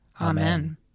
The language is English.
Amen